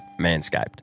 Manscaped